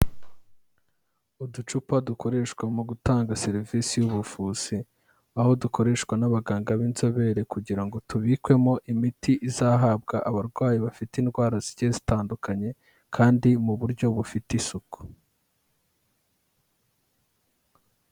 Uducupa dukoreshwa mu gutanga serivisi y'ubuvuzi, aho dukoreshwa n'abaganga b'inzobere kugira ngo tubikwemo imiti izahabwa abarwayi bafite indwara zigiye zitandukanye kandi mu buryo bufite isuku.